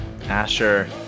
Asher